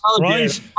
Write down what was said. right